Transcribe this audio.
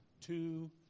two